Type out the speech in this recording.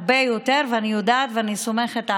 בעברית אני לא יכול להגיד "לא קיבלו שום סיוע",